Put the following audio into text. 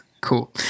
Cool